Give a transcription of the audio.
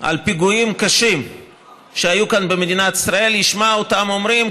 על פיגועים קשים שהיו כאן במדינת ישראל ישמע אותם אומרים,